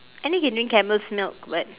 I know you can drink camel's milk but